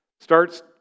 starts